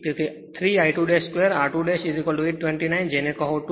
તેથી 3 I2 2 r2829 જેને કહો 250